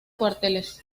cuarteles